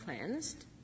cleansed